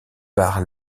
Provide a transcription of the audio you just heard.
par